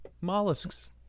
mollusks